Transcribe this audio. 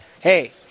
Hey